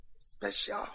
special